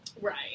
Right